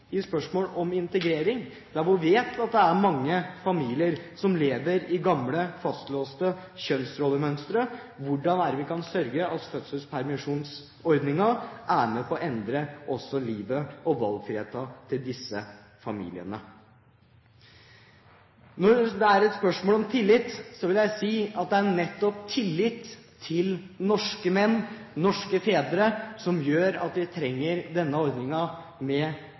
i spørsmålet om integrering, der vi vet at det er mange familier som lever i gamle fastlåste kjønnsrollemønstre. Hvordan kan vi sørge for at fødselspermisjonsordningen er med på å endre også livet og valgfriheten til disse familiene? Når det er et spørsmål om tillit, vil jeg si at det er nettopp tillit til norske menn, norske fedre, som gjør at vi trenger denne ordningen med